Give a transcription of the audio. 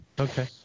Okay